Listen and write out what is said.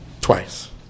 Twice